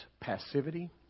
passivity